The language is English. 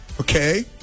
Okay